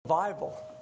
Bible